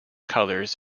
colours